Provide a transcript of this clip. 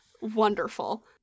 Wonderful